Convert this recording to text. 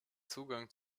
zugang